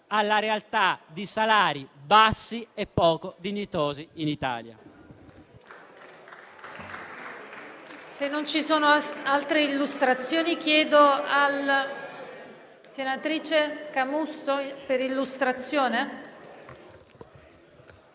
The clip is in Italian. alla realtà di salari bassi e poco dignitosi in Italia.